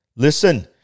Listen